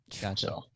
Gotcha